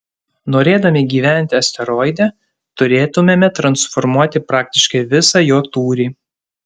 norėdami gyventi asteroide turėtumėme transformuoti praktiškai visą jo tūrį